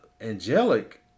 angelic